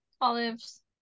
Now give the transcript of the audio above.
olives